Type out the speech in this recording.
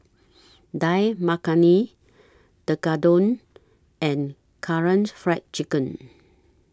Dal Makhani Tekkadon and Karaage Fried Chicken